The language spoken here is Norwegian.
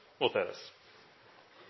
voteres